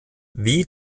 wie